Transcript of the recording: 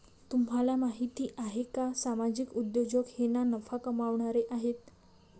तुम्हाला माहिती आहे का सामाजिक उद्योजक हे ना नफा कमावणारे आहेत